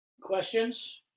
Questions